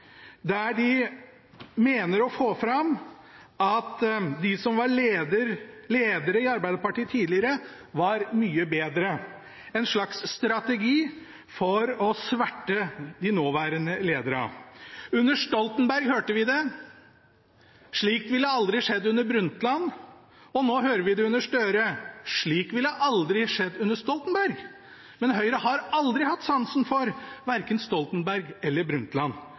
der de mener å få fram at de som var ledere i Arbeiderpartiet tidligere, var mye bedre – en slags strategi for å sverte de nåværende lederne. Under Stoltenberg hørte vi det: «Slikt ville aldri skjedd under Harlem Brundtland.» Nå hører vi det under Støre: «Slikt ville aldri skjedd under Stoltenberg.» Men Høyre har aldri hatt sansen for verken Stoltenberg eller Harlem Brundtland.